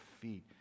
feet